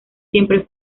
siempre